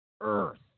earth